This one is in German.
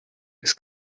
ist